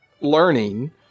learning